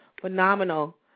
phenomenal